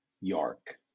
York